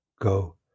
Go